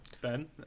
Ben